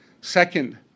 Second